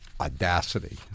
Audacity